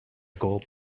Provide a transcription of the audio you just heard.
gold